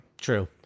True